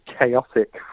chaotic